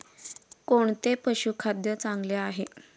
कोणते पशुखाद्य चांगले आहे?